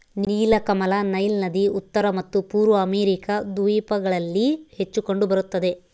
ನೀಲಕಮಲ ನೈಲ್ ನದಿ ಉತ್ತರ ಮತ್ತು ಪೂರ್ವ ಅಮೆರಿಕಾ ದ್ವೀಪಗಳಲ್ಲಿ ಹೆಚ್ಚು ಕಂಡು ಬರುತ್ತದೆ